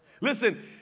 Listen